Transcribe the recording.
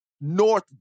north